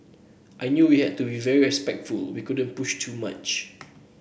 I knew we had to be very respectful we couldn't push too much